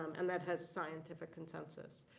and that has scientific consensus.